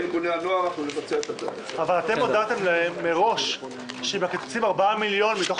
אבל אתם הודעתם להם מראש שבתקציב 4 מיליון מתוך